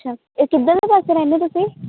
ਅੱਛਾ ਇਹ ਕਿੱਧਰਲੇ ਪਾਸੇ ਰਹਿੰਦੇ ਤੁਸੀਂ